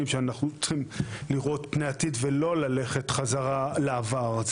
שאנחנו צריכים לראות פני עתיד ולא ללכת חזרה לעבר.